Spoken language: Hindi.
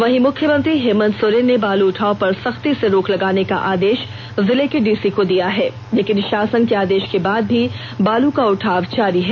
वहीं मुख्यमंत्री हेमन्त सोरेन ने बालू उठाव पर सख्ती से रोक लगाने का आदेश जिले के डीसी को दिया है लेकिन शासन के आदेश के बाद भी बालू का उठाव जारी है